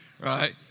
Right